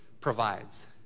provides